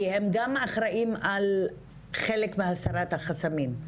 כי הם גם אחראים על חלק מהסרת החסמים.